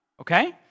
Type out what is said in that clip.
okay